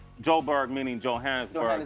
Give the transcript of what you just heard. joburg, meaning johannesburg,